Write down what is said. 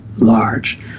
large